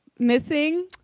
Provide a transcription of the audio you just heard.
missing